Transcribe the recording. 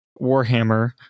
Warhammer